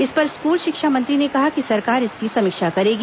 इस पर स्कूल शिक्षा मंत्री ने कहा कि सरकार इसकी समीक्षा करेगी